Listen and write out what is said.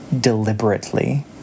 deliberately